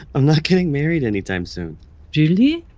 i'm not getting married anytime soon really?